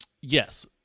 Yes